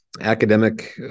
academic